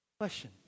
Question